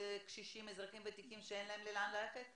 בין הצדדים שיגיעו לאיזשהם הבנות והסכמות.